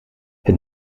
het